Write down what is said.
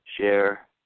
share